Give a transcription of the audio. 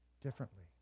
differently